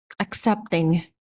accepting